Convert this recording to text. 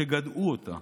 שגדעו אותה